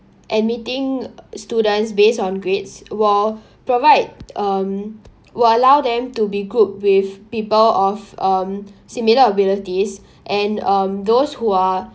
admitting students based on grades will provide um will allow them to be group with people of um similar abilities and um those who are